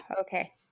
okay